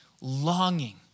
longing